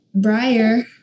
Briar